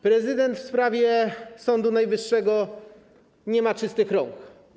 Prezydent w sprawie Sądu Najwyższego nie ma czystych rąk.